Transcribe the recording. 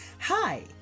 Hi